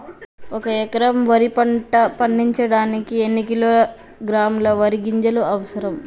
ఒక్క ఎకరా వరి పంట పండించడానికి ఎన్ని కిలోగ్రాముల వరి గింజలు అవసరం?